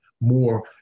more